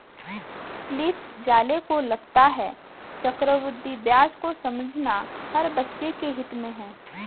Cliff Zale को लगता है चक्रवृद्धि ब्याज को समझना हर बच्चे के हित में है